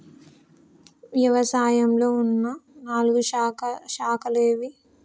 వ్యవసాయంలో ఉన్న నాలుగు శాఖలు ఏవి?